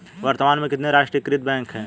वर्तमान में कितने राष्ट्रीयकृत बैंक है?